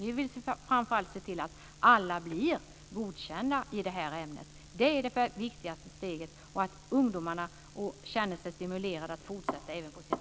Vi vill framför allt se till att alla blir godkända i ämnet. Det är det viktigaste steget, och att ungdomarna känner sig stimulerade att fortsätta även på sin fritid.